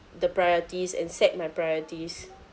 the priorities and set my priorities